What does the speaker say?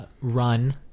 run